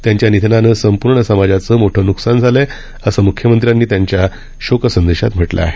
त्यांच्या निधनानं संपूर्ण समाजाचं मोठं नुकसान झालं आहे असं मुख्यमंत्र्यांनी त्यांच्या शोकसंदेशात म्हटलं आहे